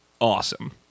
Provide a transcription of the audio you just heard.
awesome